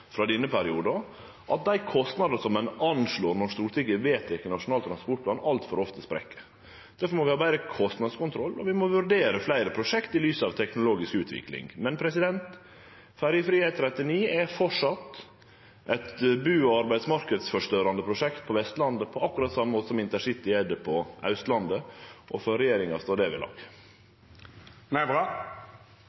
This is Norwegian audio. frå denne perioden. Difor må vi ha betre kostnadskontroll, og vi må vurdere fleire prosjekt i lys av den teknologiske utviklinga. Men Ferjefri E39 er framleis eit bu- og arbeidsmarknadsforstørrande prosjekt på Vestlandet, akkurat på same måten som intercityprosjektet er det på Austlandet, og for regjeringa står det ved lag.